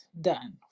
done